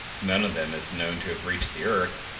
none of them is known to have reached the earth,